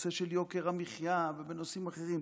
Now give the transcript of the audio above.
הנושא של יוקר המחיה ובנושאים אחרים,